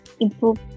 improve